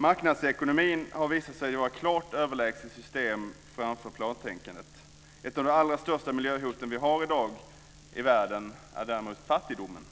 Marknadsekonomin har visat sig vara ett klart överlägset system framför plantänkandet. Ett av de allra största miljöhoten vi har i världen i dag är fattigdomen.